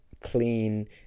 clean